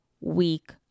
week